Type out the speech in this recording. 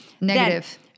Negative